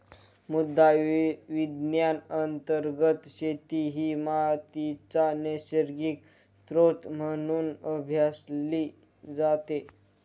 मृदा विज्ञान अंतर्गत शेती ही मातीचा नैसर्गिक स्त्रोत म्हणून अभ्यासली जाते